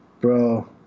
bro